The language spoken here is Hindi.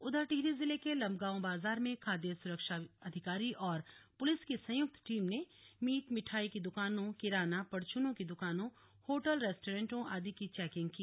उधर टिहरी जिले के लम्बगांव बाजार में खाद्य सुरक्षा अधिकारी और पुलिस की संयुक्त टीम ने मीट मिठाई की द्वकानों किराना परचून की दुकानों होटल रेस्टोरेंट आदि की चेकिंग की